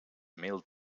mil